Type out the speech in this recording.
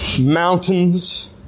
mountains